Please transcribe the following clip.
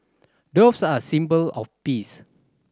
doves are a symbol of peace